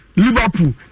Liverpool